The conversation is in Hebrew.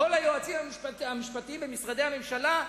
כל היועצים המשפטיים במשרדי הממשלה,